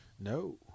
No